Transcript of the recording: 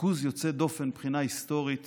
ריכוז יוצא דופן מבחינה היסטורית